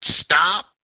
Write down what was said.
stop